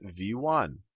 v1